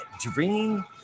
Dream